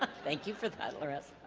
thank you for that